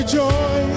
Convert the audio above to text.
joy